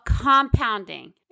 compounding